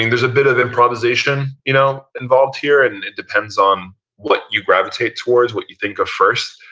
there's a bit of improvisation you know involved here, and it depends on what you gravitate towards, what you think of first.